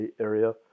area